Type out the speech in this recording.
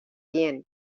bien